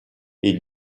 est